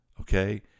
okay